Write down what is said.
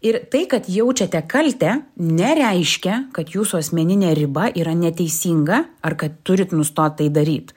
ir tai kad jaučiate kaltę nereiškia kad jūsų asmeninė riba yra neteisinga ar kad turit nustot tai daryt